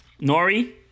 Nori